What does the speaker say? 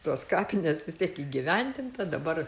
tos kapinės vis tiek įgyvendinta dabar